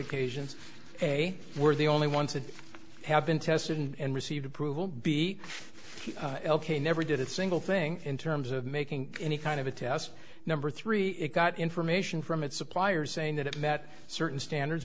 occasions they were the only ones that have been tested and received approval beat never did a single thing in terms of making any kind of a test number three it got information from its suppliers saying that it met certain standards